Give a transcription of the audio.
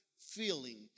feeling